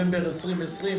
צוהריים טובים,